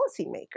policymakers